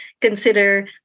consider